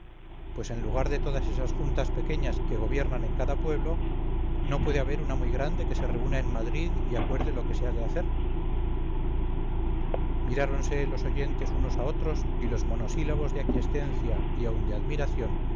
pues en lugar de todas esas juntas pequeñas que gobiernan en cada pueblo no puede haber una muy grande que se reúna en madrid y acuerde lo que se ha de hacer miráronse los oyentes unos a otros y los monosílabos de aquiescencia y aun de admiración